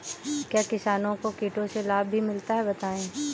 क्या किसानों को कीटों से लाभ भी मिलता है बताएँ?